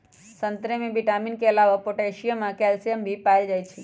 संतरे में विटामिन के अलावे पोटासियम आ कैल्सियम भी पाएल जाई छई